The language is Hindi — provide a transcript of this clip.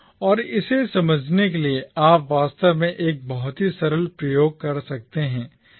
और इसे समझने के लिए आप वास्तव में एक बहुत ही सरल प्रयोग कर सकते हैं